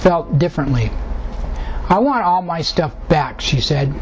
felt differently i want all my stuff back she said